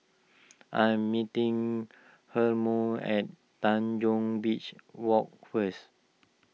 I am meeting Hermon at Tanjong Beach Walk first